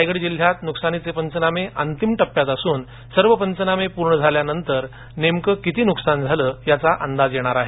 रायगड जिल्ह्यात नुकसानीचे पंचनामे अंतिम टप्प्यात असून सर्व पंचनामे पूर्ण झाल्यानंतर नेमकं किती नुकसान झालं याचा अंदाज येणार आहे